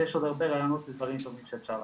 ויש עוד הרבה רעיונות לשינויים שאפשר לעשות.